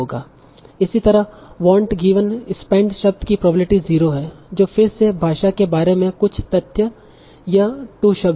इसी तरह want given spend शब्द कि प्रोबेबिलिटी 0 है जो फिर से भाषा के बारे में कुछ तथ्य यह 2 शब्द हैं